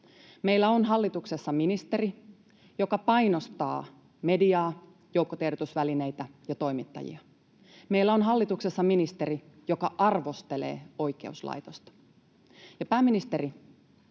Meillä on hallituksessa ministeri, joka painostaa mediaa, joukkotiedotusvälineitä ja toimittajia. Meillä on hallituksessa ministeri, joka arvostelee oikeuslaitosta. Ja, pääministeri,